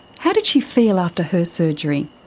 how did she feel after her surgery?